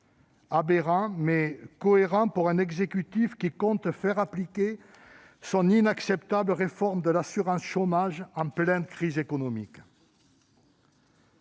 Aberrant, mais cohérent pour un exécutif qui compte faire appliquer son inacceptable réforme de l'assurance chômage en pleine crise économique.